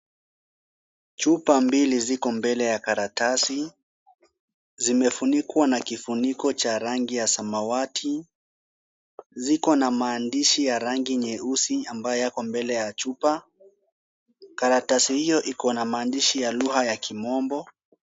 Chupa mbili ziko mbele ya karatasi. Zimefunikwa na kifuniko cha rangi ya samawati. Ziko na maandishi ya rangi nyeusi ambayo yako mbele ya chupa. Karatasi hiyo iko na maandishi ya lugha ya kimombo.